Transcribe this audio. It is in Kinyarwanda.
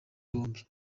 bombi